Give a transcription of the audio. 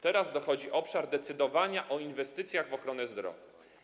Teraz dochodzi obszar decydowania o inwestycjach w ochronę zdrowia.